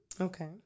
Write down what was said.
okay